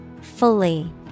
Fully